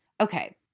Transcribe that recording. Okay